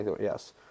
Yes